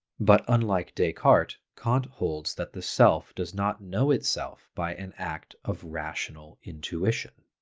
but unlike descartes, kant holds that the self does not know itself by an act of rational intuition.